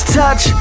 touch